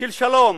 של שלום,